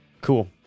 Cool